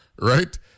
right